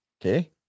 Okay